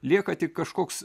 lieka tik kažkoks